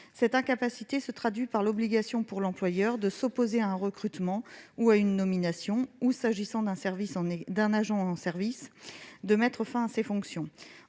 Cette incapacité se traduit par l'obligation, pour l'employeur, de s'opposer à un recrutement ou à une nomination ou, s'il s'agit d'un agent en exercice, de mettre fin à ses fonctions.